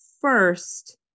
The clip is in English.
first